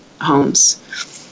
homes